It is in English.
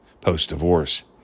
post-divorce